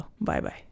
bye-bye